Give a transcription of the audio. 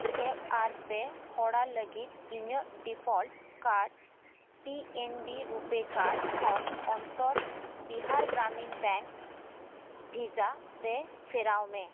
tap ᱟᱨ pay ᱦᱚᱨᱟ ᱞᱟᱹᱜᱤᱫ ᱤᱧᱟᱹᱜ default card P N B RuPay card ᱠᱷᱚᱱ ᱩᱛᱛᱚᱨ ᱵᱤᱦᱟᱨ ᱜᱨᱟᱢᱤᱱ ᱵᱮᱝᱠ ᱵᱷᱤᱥᱟ ᱨᱮ ᱯᱷᱮᱨᱟᱣ ᱢᱮ